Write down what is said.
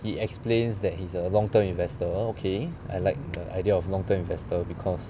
he explains that he is a long term investor okay I like the idea of long term investor because